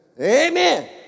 Amen